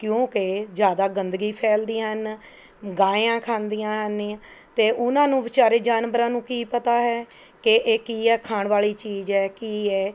ਕਿਉਂਕਿ ਜ਼ਿਆਦਾ ਗੰਦਗੀ ਫੈਲਦੀਆਂ ਹਨ ਗਾਇਆਂ ਖਾਂਦੀਆਂ ਹਨ ਅਤੇ ਉਹਨਾਂ ਨੂੰ ਵਿਚਾਰੇ ਜਾਨਵਰਾਂ ਨੂੰ ਕੀ ਪਤਾ ਹੈ ਕਿ ਇਹ ਕੀ ਹੈ ਖਾਣ ਵਾਲ਼ੀ ਚੀਜ਼ ਹੈ ਕੀ ਹੈ